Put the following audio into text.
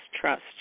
trust